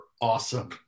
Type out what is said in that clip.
awesome